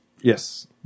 Yes